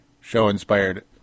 Show-inspired